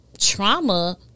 trauma